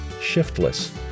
Shiftless